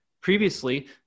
Previously